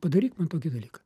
padaryk man tokį dalyką